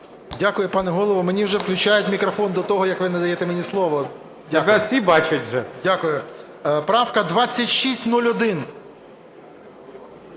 Дякую, пане Голово. Мені вже включають мікрофон до того, як ви надаєте мені слово. ГОЛОВУЮЧИЙ.